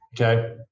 Okay